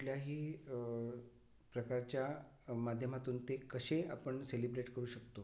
कुठल्याही प्रकारच्या माध्यमातून ते कसे आपण सेलिब्रेट करू शकतो